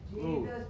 Jesus